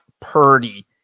Purdy